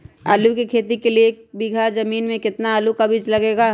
आलू की खेती के लिए एक बीघा जमीन में कितना आलू का बीज लगेगा?